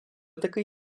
такий